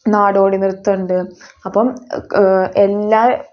നാടോടിനൃത്തം ഉണ്ട് അപ്പം എല്ലാ